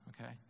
okay